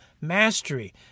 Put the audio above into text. mastery